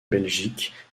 belgique